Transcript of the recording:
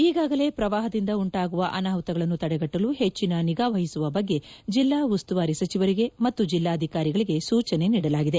ಈಗಾಗಲೇ ಪ್ರವಾಹದಿಂದ ಉಂಟಾಗುವ ಅನಾಹುತಗಳನ್ನು ತಡೆಗಟ್ಟಲು ಹೆಚ್ಚಿನ ನಿಗಾವಹಿಸುವ ಬಗ್ಗೆ ಜಿಲ್ಲಾ ಉಸ್ತುವಾರಿ ಸಚಿವರಿಗೆ ಮತ್ತು ಜಿಲ್ಲಾಧಿಕಾರಿಗಳಿಗೆ ಸೂಚನೆ ನೀಡಲಾಗಿದೆ